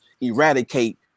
eradicate